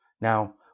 Now